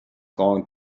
going